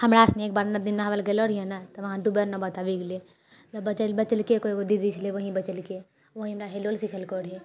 हमरा सुनी एकबार नदीमे नहवैला गेलो रहियै ने तऽ वहाँ डूबै नौबत आबी गेलै बचेलकै कोइ एगो दीदी छलै वही बचेलकै वही हमरा हेललो सिखेलको रहै